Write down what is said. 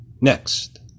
Next